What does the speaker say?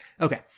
Okay